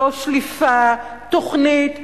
לא שליפה, תוכנית ברורה,